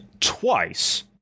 twice